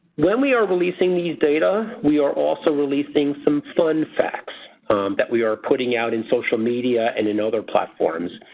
when we are releasing these data we are also releasing some fun facts that we are putting out in social media and in other platforms.